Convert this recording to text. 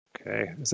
Okay